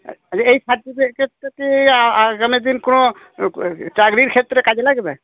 এই সার্টিফিকেটটা কি আগামীদিন কোনো চাকরির ক্ষেত্রে কাজে লাগবে